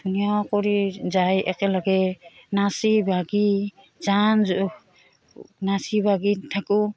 ধুনীয়া কৰি যাই একেলগে নাচি বাগি যান নাচি বাগি থাকোঁ